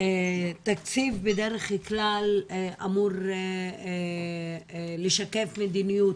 תקציב בדרך כלל אמור לשקף מדיניות.